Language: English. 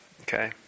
Okay